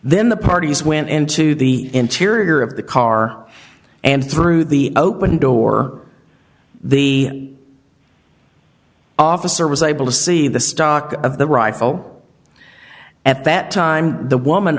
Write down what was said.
then the parties went into the interior of the car and through the open door the officer was able to see the stock of the rifle at that time the woman